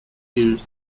used